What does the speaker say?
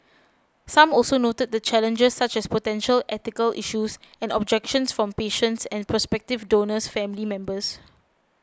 some also noted the challenges such as potential ethical issues and objections from patients and prospective donor's family members